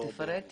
תפרט טיפה,